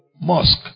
mosque